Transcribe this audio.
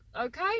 Okay